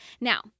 Now